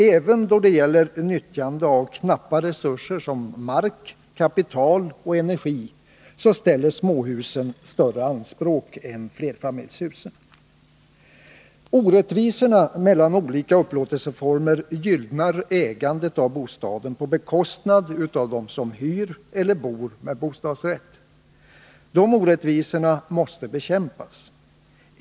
Även då det gäller nyttjandet av knappa resurser som mark, kapital och energi ställer småhusen större anspråk än flerfamiljshusen. Orättvisorna mellan olika upplåtelseformer gynnar ägandet av bostaden på bekostnad av dem som hyr eller bor med bostadsrätt. Dessa orättvisor måste bekämpas.